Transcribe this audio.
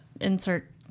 insert